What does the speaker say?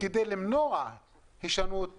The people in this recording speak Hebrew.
ולמנוע הישנות